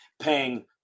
paying